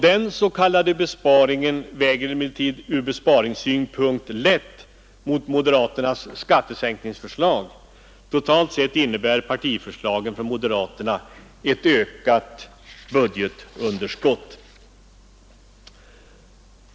Den s.k. besparingen väger emellertid ur besparingssynpunkt lätt mot moderaternas skattesänkningsförslag. Totalt sett innebär partiförslaget från moderaterna ett ökat budgetunderskott.